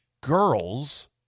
girls